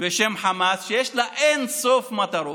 בשם "חמאס" שיש לה אין-סוף מטרות,